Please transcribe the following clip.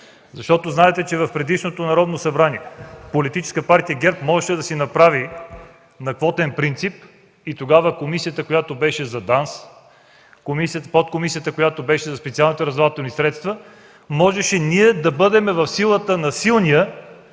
правите. Знаете, че в предишното Народно събрание Политическа партия ГЕРБ можеше да си направи на квотен принцип и тогава в комисията, която беше за ДАНС, подкомисията, която беше за специалните разузнавателни средства, можехме ние да бъдем в позицията на силния